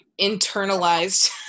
internalized